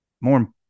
more